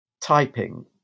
typing